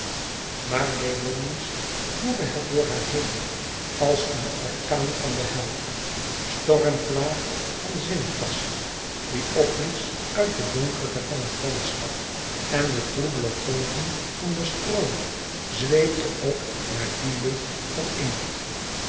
maar demonisch woedde het door haar heen als een orkaan van de hel stormvlaag van zinnenpassie die opblies uit de donkerte van het landschap en de troebele golven van den stroom zweepte p naar die lucht van inkt